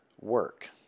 work